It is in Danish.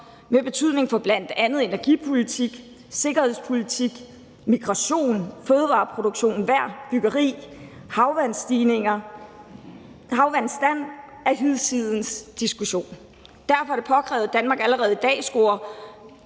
med betydning for bl.a. energipolitik, sikkerhedspolitik, migration, fødevareproduktion, vejr, byggeri, havvandstand, er hinsides diskussion. Derfor er det påkrævet, at Danmark allerede i år skruer